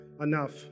enough